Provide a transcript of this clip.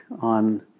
on